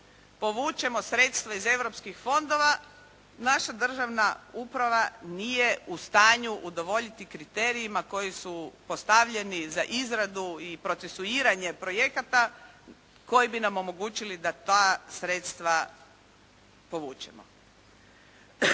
povučemo sredstva iz europskih fondova naša državna uprava nije u stanju udovoljiti kriterijima koji su postavljeni za izradu i procesuiranje projekata koji bi nam omogućili da ta sredstva povučemo.